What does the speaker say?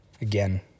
again